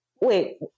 wait